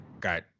got